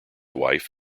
wife